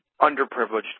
underprivileged